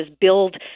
build